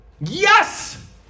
Yes